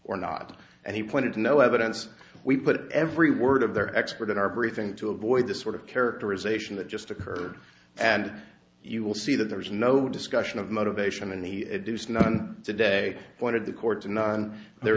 or not and he pointed to no evidence we put every word of their expert in our briefing to avoid the sort of characterization that just occurred and you will see that there is no discussion of motivation in the deuce none today one of the courts and none the